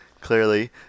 Clearly